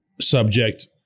subject